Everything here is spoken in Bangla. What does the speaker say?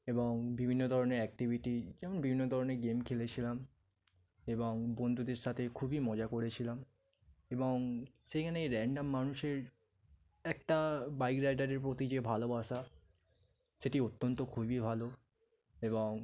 এবং বিভিন্ন ধরনের অ্যাক্টিভিটি যেমন বিভিন্ন ধরনের গেম খেলেছিলাম এবং বন্ধুদের সাথে খুবই মজা করেছিলাম এবং সেখানে এই র্যান্ডম মানুষের একটা বাইক রাইডারের প্রতি যে ভালোবাসা সেটি অত্যন্ত খুবই ভালো এবং